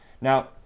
Now